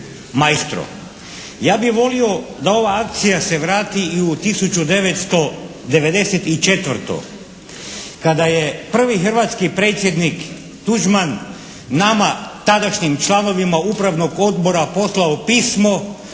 Ja bih volio da ova akcija se vrati i u 1994. kada je prvi hrvatski predsjednik Tuđman nama, tadašnjim članovima upravnog odbora poslao pismo